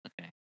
Okay